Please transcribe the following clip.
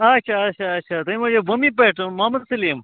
اچھا اچھا اچھا تۄہہِ ما چھِو بُمبیِہِ پؠٹھ محمد سلیٖم